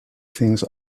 things